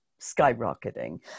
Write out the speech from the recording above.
skyrocketing